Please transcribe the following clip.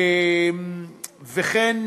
וכן